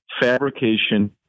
fabrication